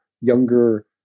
younger